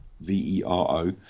v-e-r-o